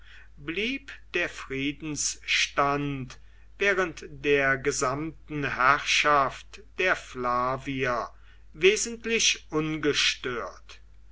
blieb der friedensstand während der gesamten herrschaft der flavier wesentlich ungestört